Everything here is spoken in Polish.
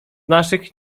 naszych